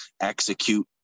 execute